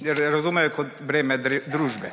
da jih razumejo kot breme družbe.